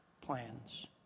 plans